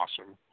awesome